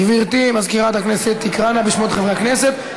גברתי מזכירת הכנסת תקרא נא בשמות חברי הכנסת.